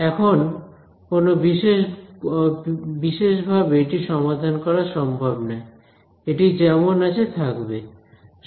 এখন কোন বিশেষ ভাবে এটি সমাধান করা সম্ভব নয় এটি যেমন আছে থাকবে